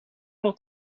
will